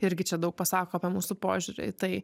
irgi čia daug pasako apie mūsų požiūrį į tai